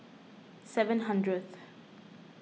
seven hundredth